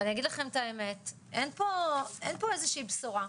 ואני אגיד לכם את האמת, אין פה איזו שהיא בשורה.